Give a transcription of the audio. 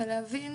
ולהבין